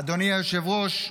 אדוני היושב-ראש,